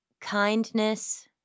kindness